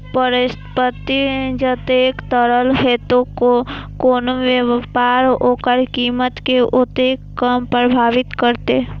परिसंपत्ति जतेक तरल हेतै, कोनो व्यापार ओकर कीमत कें ओतेक कम प्रभावित करतै